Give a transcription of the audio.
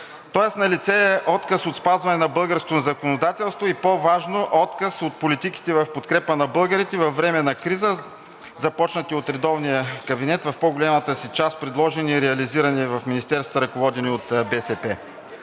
Тоест налице е отказ от спазване на българското ни законодателство и по-важно отказ от политиките в подкрепа на българите във време на криза, започнати от редовния кабинет в по голямата си част предложени и реализирани в министерствата, ръководени от БСП.